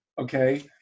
okay